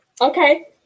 Okay